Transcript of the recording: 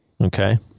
Okay